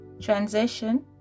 transition